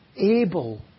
able